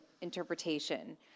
interpretation